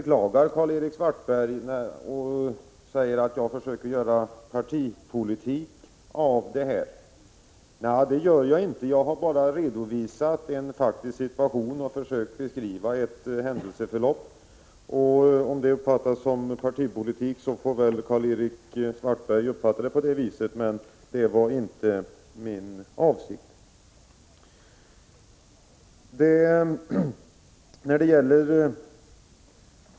Karl-Erik Svartberg beklagar att jag försöker göra partipolitik av denna fråga. Men det gör jag inte. Jag har bara redovisat en faktisk situation och försökt beskriva ett händelseförlopp. Karl-Erik Svartberg får väl uppfatta det som partipolitik, men det var inte min avsikt.